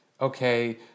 Okay